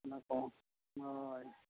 ᱚᱱᱟ ᱠᱚ ᱦᱳᱭ